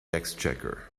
exchequer